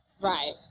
Right